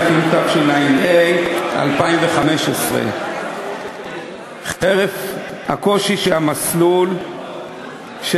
התשע"ה 2015. חרף הקושי שהמסלול של